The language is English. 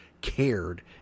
cared